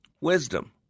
Wisdom